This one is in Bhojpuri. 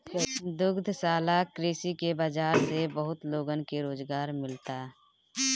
दुग्धशाला कृषि के बाजार से बहुत लोगन के रोजगार मिलता